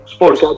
Sports